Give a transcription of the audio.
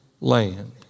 land